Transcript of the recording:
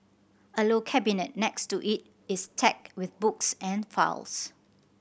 a low cabinet next to it is stacked with books and files